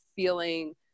feeling